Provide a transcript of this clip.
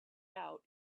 out